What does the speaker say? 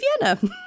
Vienna